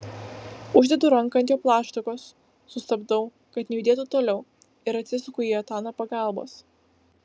uždedu ranką ant jo plaštakos sustabdau kad nejudėtų toliau ir atsisuku į etaną pagalbos